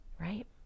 right